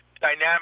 dynamic